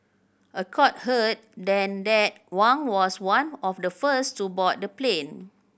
a court heard then that Wang was one of the first to board the plane